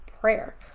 prayer